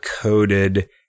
coded